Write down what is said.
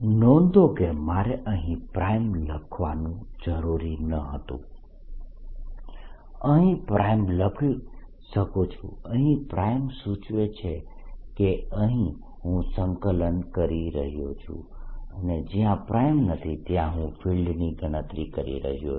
નોંધો કે મારે અહીં પ્રાઈમ લખવાનું જરૂરી ન હતું પરંતુ હું અહીં પ્રાઈમ લખી શકું છું અહીં પ્રાઇમ સૂચવે છે કે અહીં હું સંકલન કરી રહ્યો છું અને જયાં પ્રાઇમ નથી ત્યાં હું ફિલ્ડની ગણતરી કરી રહ્યો છું